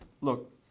look